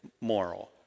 moral